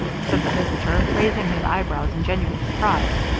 said the visitor, raising his eyebrows in genuine surprise.